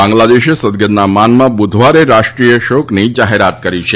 બાંગ્લાદેશે સદગતના માનમાં બુધવારે રાષ્ટ્રીખાય શોકની જાહેરાત કરી છે